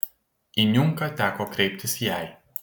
į niunką teko kreiptis jai